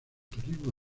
turismo